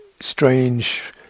strange